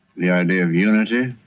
the idea of unity